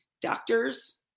doctors